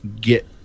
get